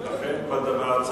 בוועדה,